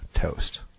toast